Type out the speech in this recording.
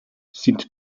sind